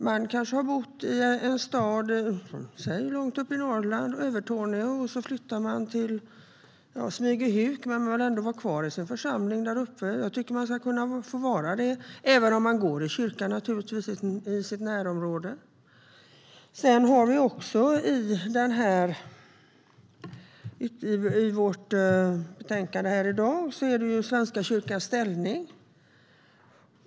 Man kanske har bott i Övertorneå långt uppe i Norrland och flyttat till Smygehuk men ändå vill vara kvar i sin församling där uppe. Då tycker jag att man ska kunna få vara det, även om man naturligtvis går i kyrkan i sitt närområde. I vårt betänkande behandlar vi också Svenska kyrkans ställning.